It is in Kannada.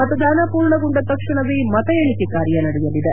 ಮತದಾನ ಪೂರ್ಣಗೊಂದ ತಕ್ಷಣವೇ ಮತ ಎಣಿಕೆ ಕಾರ್ಯ ನಡೆಯಲಿದೆ